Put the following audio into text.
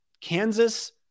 Kansas